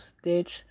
Stitch